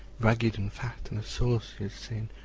ragged and fat and as saucy as sin,